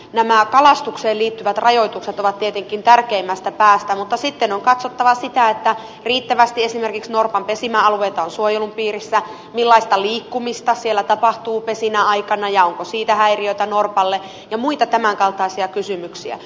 nämä kalastukseen liittyvät rajoitukset ovat tietenkin tärkeimmästä päästä mutta sitten on katsottava sitä että riittävästi esimerkiksi norpan pesimäalueita on suojelun piirissä millaista liikkumista siellä tapahtuu pesinnän aikana ja onko siitä häiriötä norpalle ja muita tämänkaltaisia kysymyksiä